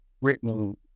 written